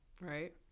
Right